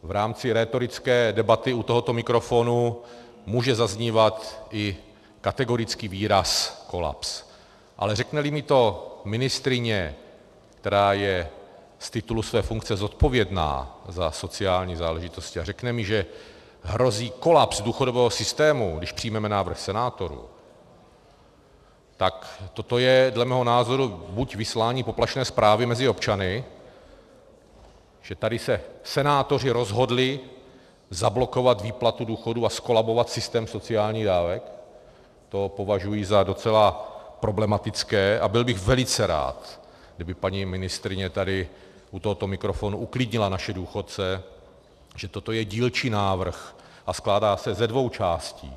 V rámci rétorické debaty u tohoto mikrofonu může zaznívat i kategorický výraz kolaps, ale řekneli mi to ministryně, která je z titulu své funkce zodpovědná za sociální záležitosti, a řekne mi, že hrozí kolaps důchodového systému, když přijmeme návrh senátorů, tak toto je dle mého názoru buď vyslání poplašné zprávy mezi občany, že tady se senátoři rozhodli zablokovat výplatu důchodů a zkolabovat systém sociálních dávek, to považuji za docela problematické a byl bych velice rád, kdyby paní ministryně tady u tohoto mikrofonu uklidnila naše důchodce, že toto je dílčí návrh a skládá se ze dvou částí.